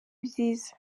ibyiza